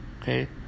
Okay